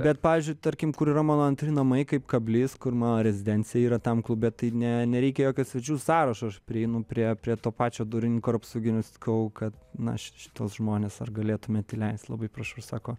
bet pavyzdžiui tarkim kur yra mano antri namai kaip kablys kur mano rezidencija yra tam klube tai ne nereikia jokio svečių sąrašo aš prieinu prie prie to pačio durininko ir apsauginio ir sakau kad na ši šituos žmones ar galėtumėt įleist labai prašau ir sako